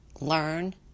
learn